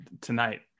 tonight